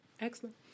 Excellent